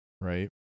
right